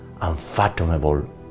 unfathomable